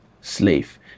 slave